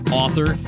author